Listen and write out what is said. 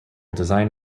design